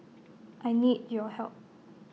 I need your help